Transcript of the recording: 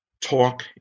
talk